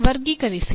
ವರ್ಗೀಕರಿಸಿ